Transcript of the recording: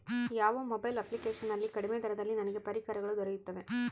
ಯಾವ mobile application ನಲ್ಲಿ ಕಡಿಮೆ ದರದಲ್ಲಿ ನನಗೆ ಪರಿಕರಗಳು ದೊರೆಯುತ್ತವೆ?